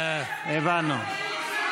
הבנו.